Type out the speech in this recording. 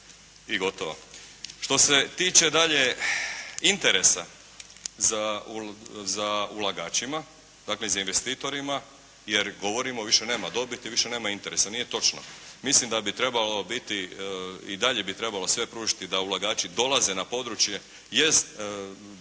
i gotovo. Što se tiče dalje interesa za ulagačima, za investitorima jer govorimo više nema dobiti, više nema interesa. Nije točno. Mislim da bi trebalo biti i dalje bi trebalo sve pružiti da ulagači dolaze na područje, jest